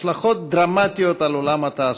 השלכות דרמטיות על עולם התעסוקה.